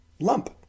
lump